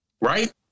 right